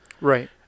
Right